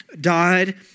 died